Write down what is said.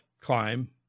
climb